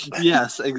Yes